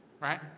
Right